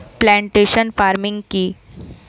Plantation farming কি?